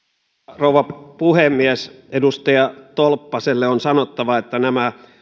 rouva puhemies edustaja tolppaselle on sanottava että nämä